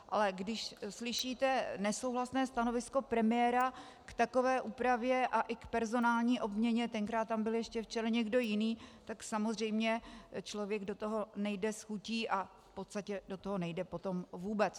Ale když slyšíte nesouhlasné stanovisko premiéra k takové úpravě a i k personální obměně, tenkrát tam byl ještě v čele někdo jiný, tak samozřejmě člověk do toho nejde s chutí a v podstatě do toho nejde potom vůbec.